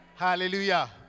Hallelujah